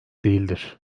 değildir